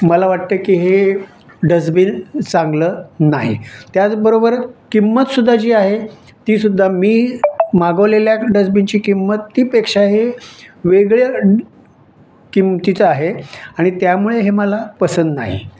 मला वाटतं की हे डसबीन चांगलं नाही त्याचबरोबर किंमत सुद्धा जी आहे तीसुद्धा मी मागवलेल्या डसबीनची किंमत ती पेक्षाही वेगळं किंमतीचं आहे आणि त्यामुळे हे मला पसंत नाही